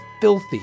filthy